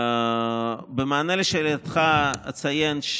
במענה לשאלתך אציין,